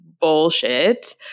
bullshit